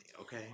okay